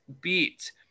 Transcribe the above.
beat